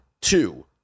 two